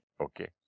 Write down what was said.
Okay